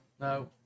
No